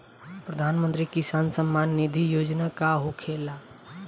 प्रधानमंत्री किसान सम्मान निधि योजना का होखेला?